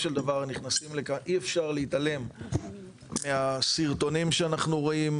אי אפשר להתעלם מהסרטונים שאנחנו רואים,